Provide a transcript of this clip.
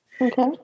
Okay